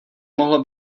mohlo